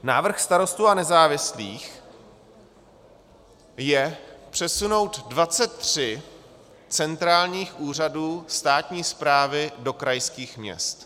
Návrh Starostů a nezávislých je přesunout 23 centrálních úřadů státní správy do krajských měst.